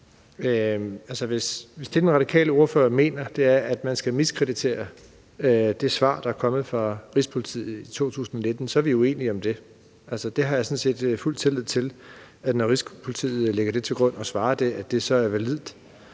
det, den radikale ordfører mener, er, at man skal miskreditere det svar, der er kommet fra Rigspolitiet i 2019, så er vi uenige i det. Altså, jeg har sådan set fuld tillid til, at når Rigspolitiet lægger det til grund og svarer det, så er det validt.